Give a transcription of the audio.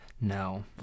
No